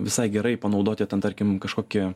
visai gerai panaudoti ten tarkim kažkokį